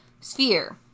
Sphere